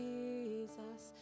Jesus